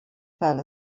fell